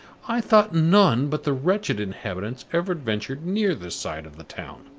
i thought none but the wretched inhabitants ever ventured near this side of the town.